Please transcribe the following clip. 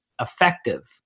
effective